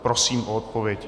Prosím o odpověď.